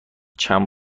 چند